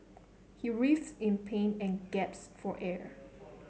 he writhed in pain and gasped for air